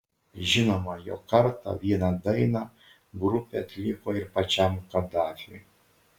žinoma jog kartą vieną dainą grupė atliko ir pačiam kadafiui